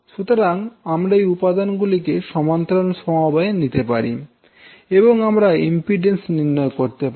সুতরাং আমরা এই উপাদানগুলিকে সমান্তরাল সমবায়ে নিতে পারি এবং আমরা ইম্পিড্যান্স নির্ণয় করতে পারি